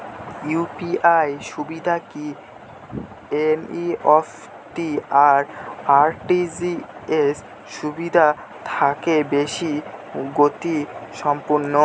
UPI সুবিধা কি NEFT আর আর.টি.জি.এস সুবিধা থেকে বেশি গতিসম্পন্ন?